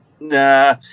Nah